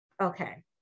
Okay